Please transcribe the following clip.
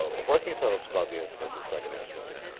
what can you tell us about the incidence of secondhand smoke?